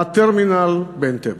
לטרמינל באנטבה.